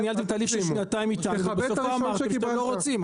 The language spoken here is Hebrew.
ניהלתם אתנו תהליך של שנתיים בסוף אמרתם שאתם לא רוצים.